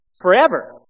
Forever